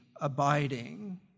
abiding